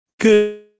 Good